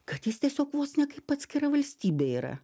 kad jis tiesiog vos ne kaip atskira valstybė yra